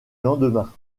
lendemain